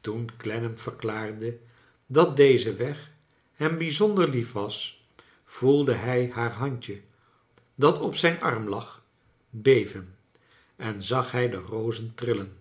toen clennam verklaarde dat deze weg hem bijzonder lief was voelde hij haar handje dat op zijn arm lag beven en zag hij de rozen trillen